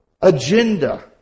agenda